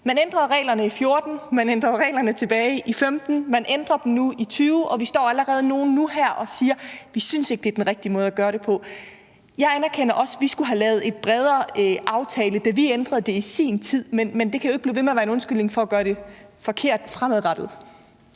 Man ændrede reglerne i 2014, man ændrede reglerne tilbage i 2015, og man ændrer dem nu i 2020, og vi står allerede nogle nu her og siger: Vi synes ikke, det er den rigtige måde at gøre det på. Jeg anerkender også, at vi skulle have lavet en bredere aftale, da vi ændrede det i sin tid, men det kan jo ikke blive ved med at være en undskyldning for at gøre det forkert fremadrettet.